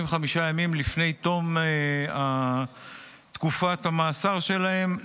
45 ימים לפני תום תקופת המאסר שלהם,